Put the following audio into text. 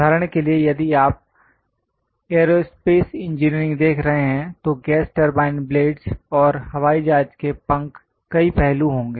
उदाहरण के लिए यदि आप एयरोस्पेस इंजीनियरिंग देख रहे हैं तो गैस टरबाइन ब्लेडस् और हवाई जहाज के पंख कई पहलू होंगे